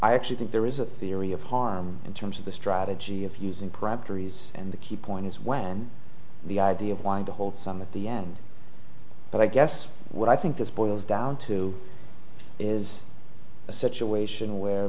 i actually think there is a theory of harm in terms of the strategy of using peremptory use and the key point is when the idea of wanting to hold some of the end but i guess what i think this boils down to is a situation where